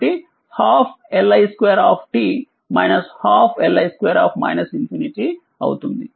కాబట్టి 12 Li2 12 Li2 అవుతుంది